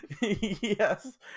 Yes